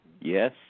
Yes